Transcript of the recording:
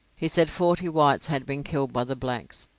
he said forty whites had been killed by the blacks,